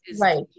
Right